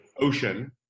ocean